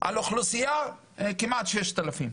על אוכלוסייה כמעט ששת אלפים.